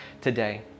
today